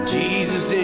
jesus